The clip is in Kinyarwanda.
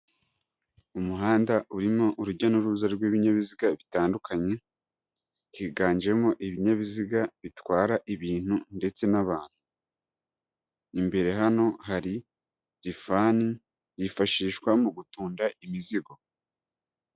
Umuhanda urimo urujya n'uruza rw'ibinyabiziga bitandukanye, higanjemo ibinyabiziga bitwara ibintu ndetse n'abantu, imbere hano hari rifani yifashishwa mu gutunda imizigo.